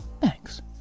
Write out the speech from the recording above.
Thanks